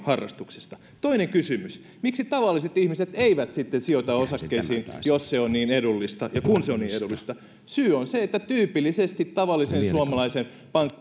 harrastuksesta toinen kysymys miksi tavalliset ihmiset eivät sitten sijoita osakkeisiin jos se on niin edullista ja kun se on niin edullista syy on se että tyypillisesti tavallisen suomalaisen